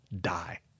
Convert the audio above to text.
die